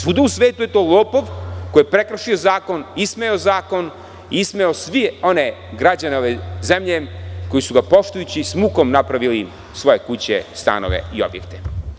Svuda u svetu je to lopov koji je prekršio zakon, ismejao zakon, ismejao sve one građane ove zemlje koji su ga poštujući, s mukom napravili svoje kuće, stanove i objekte.